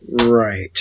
Right